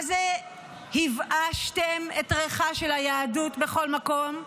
מה זה הבאשתם את ריחה של היהדות בכל מקום.